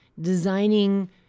designing